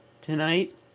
tonight